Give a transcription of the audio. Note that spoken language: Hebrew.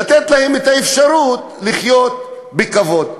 לתת להם את האפשרות לחיות בכבוד?